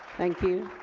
thank you.